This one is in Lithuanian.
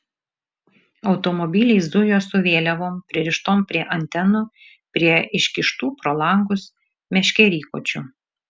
automobiliai zujo su vėliavom pririštom prie antenų prie iškištų pro langus meškerykočių